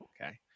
okay